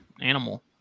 animal